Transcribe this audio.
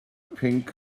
pinc